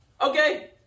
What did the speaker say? Okay